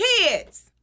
Kids